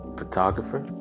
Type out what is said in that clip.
photographer